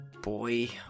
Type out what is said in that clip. boy